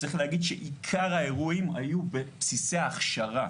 צריך להגיד שעיקר האירועים היו בבסיסי הכשרה,